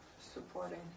supporting